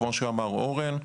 כמו שאמר אורן.